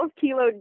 kilo